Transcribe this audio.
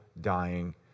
dying